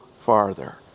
farther